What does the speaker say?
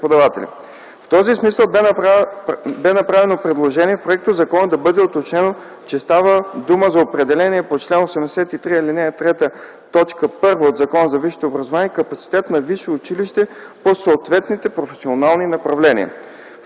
В този смисъл бе направено предложение в проектозакона да бъде уточнено, че става дума за определения по чл. 83, ал. 3, т. 1 от Закона за висшето образование капацитет на висшето училище по съответните професионални направления.